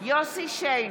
יוסף שיין,